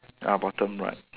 ah bottom right